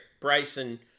Bryson